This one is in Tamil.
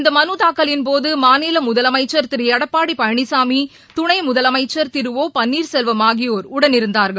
இந்த மனுதாக்கலின்போது மாநில முதலமைச்சர் திரு எடப்பாடி பழனிசாமி துணை முதலமைச்சர் திரு ஒ பன்னீர்செல்வம் ஆகியோர் உடனிருந்தார்கள்